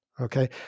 okay